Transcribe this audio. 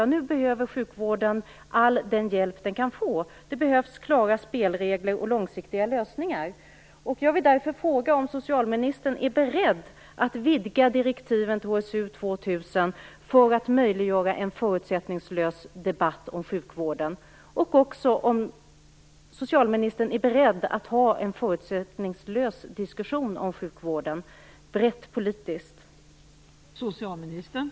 Nu behöver sjukvården all den hjälp den kan få. Det behövs klara spelregler och långsiktiga lösningar. Jag vill därför fråga om socialministern är beredd att vidga direktiven till HSU 2000 för att möjliggöra en förutsättningslös debatt om sjukvården. Jag undrar också om socialministern är beredd att ha en förutsättningslös bred politisk diskussion om sjukvården.